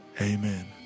amen